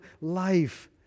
life